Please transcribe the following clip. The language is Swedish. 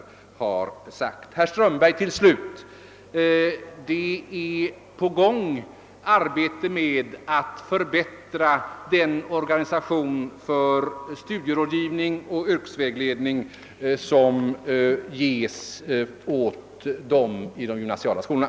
Till slut vill jag säga till herr Ström berg, att det pågår ett arbete för att förbättra organisationen för den studierådgivning och yrkesvägledning som lämnas vid de gymnasiala skolorna.